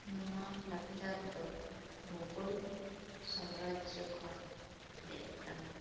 ᱱᱚᱣᱟ ᱞᱟᱠᱪᱟᱨ ᱫᱚ ᱢᱩᱜᱷᱚᱞ ᱥᱚᱢᱨᱟᱡᱳ ᱠᱷᱚᱱ ᱦᱮᱡ ᱟᱠᱟᱱᱟ